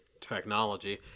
technology